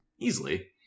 easily